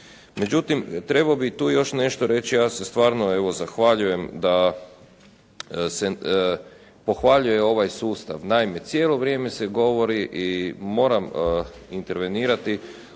Međutim, trebao bih tu još nešto reći. Ja se stvarno evo zahvaljujem, da se pohvaljuje ovaj sustav. Naime, cijelo vrijeme se govori i moram intervenirati,